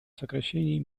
сокращении